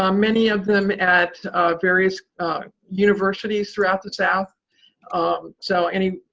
um many of them at various universities throughout the south um so and ah